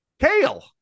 kale